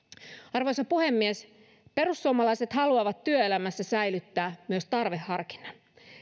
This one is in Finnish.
arvoisa puhemies perussuomalaiset haluavat työelämässä säilyttää myös tarveharkinnan